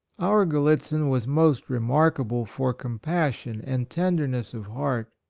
our gallitzin was most remarkable for compassion and ten derness of heart.